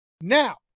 Now